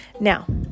Now